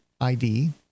ID